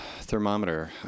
thermometer